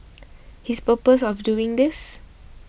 his purpose of doing this